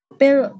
pero